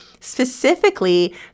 Specifically